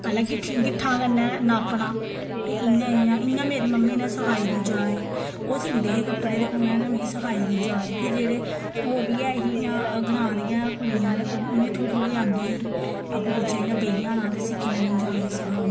पैहलें गिट्ठां गिट्ठां कन्नै नापना ते इ'यां इ'यां इं'यां मेरी मम्मी ने सखाई दी जाह्च ओह् सींदे हे कपड़े ते उनें गै मिगी सखाई दी जाह्च फिर जेह्ड़े होर बी ऐ ही जि'यां ग्रांऽ दी गै कुड़ियां उ'नेंगी थोह्ड़ी थोह्ड़ी आंदी ही आपूं'चे इ'यां बेही जाना ते सिक्खी लैनी जाह्च सखानी उ'नें असें गी